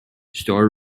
store